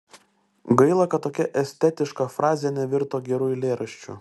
gaila kad tokia estetiška frazė nevirto geru eilėraščiu